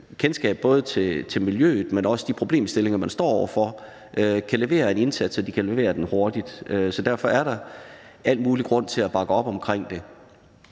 kendskab både til miljøet, men også de problemstillinger, man står over for, kan levere en indsats, og at de kan levere den hurtigt. Så derfor er der al mulig grund til at bakke op omkring det.